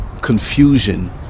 confusion